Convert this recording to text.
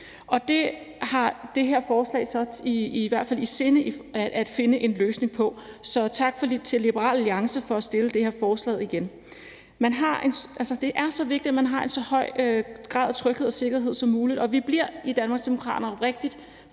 og det har man med det her forslag så i hvert fald i sinde at finde en løsning på, så tak til Liberal Alliance for igen at fremsætte det her forslag. Altså, det er så vigtigt, at man har en så høj grad af tryghed og sikkerhed som muligt, og vi bliver i Danmarksdemokraterne rigtig